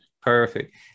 Perfect